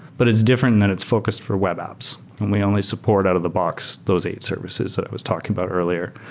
but it's different and it's focused for web apps. we only support out-of-the-box those eight services that i was talking about earlier.